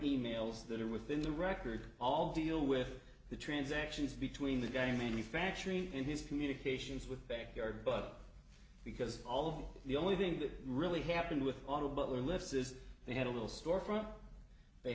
e mails that are within the record all deal with the transactions between the gang manufacturing and his communications with backyard but because all the only thing that really happened with all the butler lists is they had a little storefront they